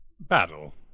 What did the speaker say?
battle